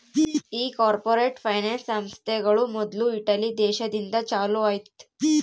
ಈ corporate finance ಸಂಸ್ಥೆಗಳು ಮೊದ್ಲು ಇಟಲಿ ದೇಶದಿಂದ ಚಾಲೂ ಆಯ್ತ್